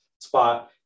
spot